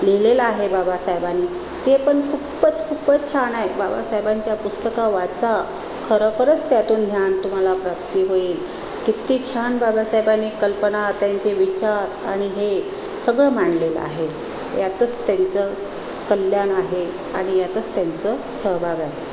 लिहिलेलं आहे बाबासाहेबांनी ते पण खूपच खूपच छान आहे बाबासाहेबांच्या पुस्तकं वाचा खरोखरच त्यातून ज्ञान तुम्हाला प्राप्ती होईल किती छान बाबासाहेबांनी कल्पना त्यांचे विचार आणि हे सगळं मांडलेलं आहे यातच त्यांचं कल्याण आहे आणि यातच त्यांचं सहभाग आहे